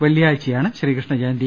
വെള്ളിയാഴ്ചയാണ് ശ്രീകൃഷ്ണജയന്തി